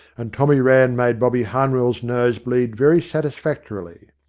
and tommy rann made bobby harnwell's nose bleed very satisfactorily.